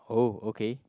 oh okay